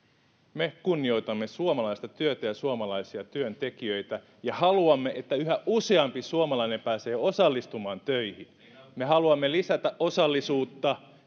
me kunnioitamme suomalaista työtä ja suomalaisia työntekijöitä ja haluamme että yhä useampi suomalainen pääsee osallistumaan töihin me haluamme lisätä osallisuutta